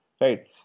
right